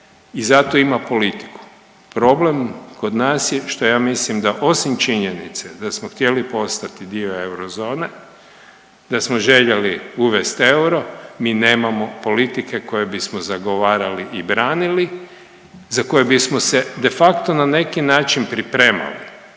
i zato ima politiku. Problem kod nas je što ja mislim da osim činjenica da smo htjeli postati dio eurozone, da smo željeli uvest euro, mi nemamo politike koje bismo zagovarali i branili, za koje bismo se de facto na neki način pripremali